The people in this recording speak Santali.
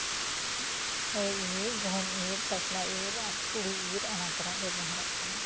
ᱦᱩᱲᱩ ᱤᱨ ᱜᱚᱦᱩᱢ ᱤᱨ ᱠᱷᱚᱥᱞᱟ ᱤᱨ ᱟᱨ ᱛᱩᱲᱤ ᱤᱨ ᱚᱱᱟ ᱠᱚᱨᱮᱫ ᱵᱮᱵᱚᱦᱟᱨᱚᱜ ᱠᱟᱱᱟ